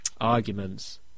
arguments